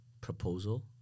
Proposal